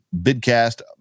Bidcast